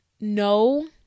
no